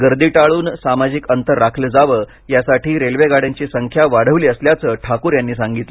गर्दी टाळून सामाजिक अंतर राखलं जावं यासाठी रेल्वे गाड्यांची संख्या वाढवली असल्याचं ठाकूर यांनी सांगितलं